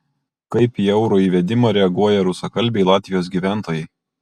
kaip į euro įvedimą reaguoja rusakalbiai latvijos gyventojai